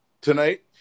Tonight